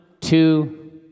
two